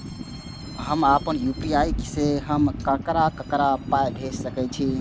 हम आपन यू.पी.आई से हम ककरा ककरा पाय भेज सकै छीयै?